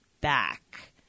back